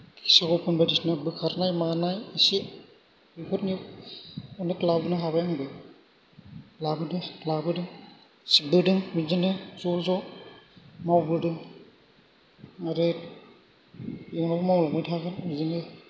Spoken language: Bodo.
किसुमान बायदिसिना बोखारनाय मानाय इसे बेफोरनो अनेक लाबोनो हाबाय आंबो लाबोदों लाबोदों सिबबोदों बिदिनो ज' ज' मावबोदों आरो इयुनावबो मावलांबाय थागोन बिदिनो